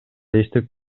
иштеп